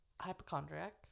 hypochondriac